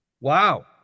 wow